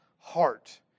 heart